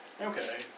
Okay